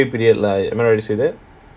like proba~ probate period lah am I right to say that